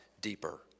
deeper